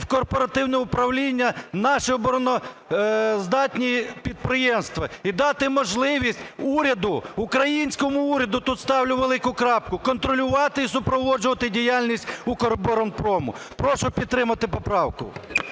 в корпоративне управління наше обороноздатні підприємства. І дати можливість уряду, українському уряду – тут ставлю велику крапку – контролювати і супроводжувати діяльність "Укроборонпрому". Прошу підтримати поправку.